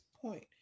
point